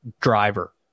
driver